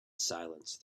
silence